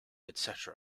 etc